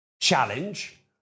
challenge